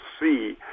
see